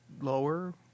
lower